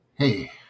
Hey